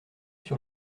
sur